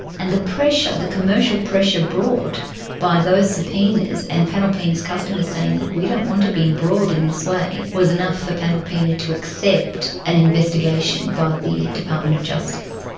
and the pressure, the commercial pressure brought by those subpoenas, and panalpina's customers saying, look, we don't want to be embroiled in this way' was enough for panalpina to accept an investigation by the department of justice.